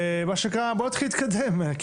מה שנקרא, בוא נתחיל להתקדם.